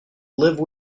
live